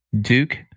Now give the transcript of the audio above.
Duke